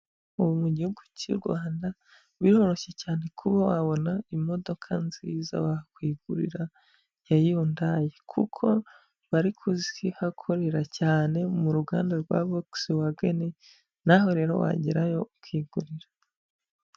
Ubu mu Gihugu cy'u Rwanda biroroshye cyane kuba wabona imodoka nziza wakwigurira ya yundayi kuko bari kuzihakorera cyane mu ruganda rwa Vogisi wageni, nawe rero wagerayo ukigurira.